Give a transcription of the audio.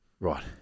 Right